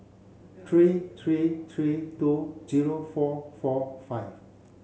three three three two zero four four five